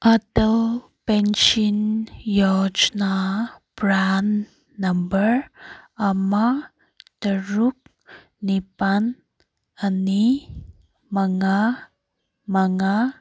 ꯑꯇꯣ ꯄꯦꯟꯁꯤꯜ ꯌꯣꯖꯅꯥ PRAN number ꯑꯃ ꯇꯔꯨꯛ ꯅꯤꯄꯥꯜ ꯑꯅꯤ ꯃꯉꯥ ꯃꯉꯥ